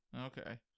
Okay